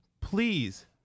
please